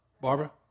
Barbara